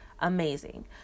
amazing